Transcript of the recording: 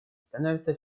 становятся